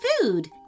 food